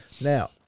Now